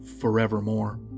forevermore